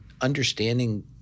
understanding